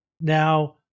now